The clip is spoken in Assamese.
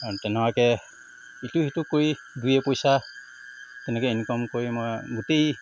তেনেকুৱাকৈ ইটো সিটো কৰি দুই এপইচা তেনেকৈ ইনকম কৰি মই গোটেই